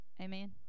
Amen